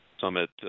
Summit